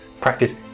Practice